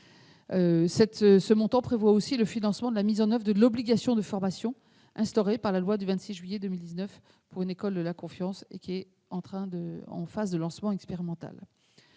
Ce montant intègre aussi le financement de la mise en oeuvre de l'obligation de formation instaurée par la loi du 26 juillet 2019 pour une école de la confiance, qui est en phase de lancement expérimental.